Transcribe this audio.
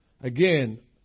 Again